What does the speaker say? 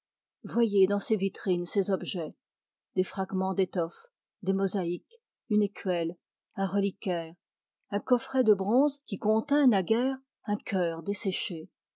voyez dans ces vitrines ces objets des fragments d'étoffes des mosaïques une écuelle un reliquaire un coffret de bronze qui contint naguère un cœur desséché